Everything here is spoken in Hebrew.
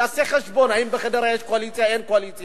יעשה חשבון: האם בחדרה יש קואליציה או אין קואליציה,